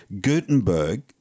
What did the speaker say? Gutenberg